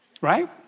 right